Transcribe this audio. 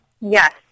Yes